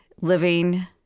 living